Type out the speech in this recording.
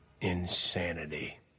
Insanity